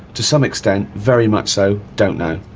to some extent. very much so. don't know.